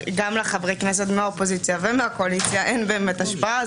לחברי הכנסת גם מהאופוזיציה וגם מהקואליציה אין באמת השפעה,